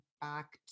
back